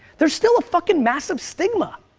there's still a fucking massive stigma.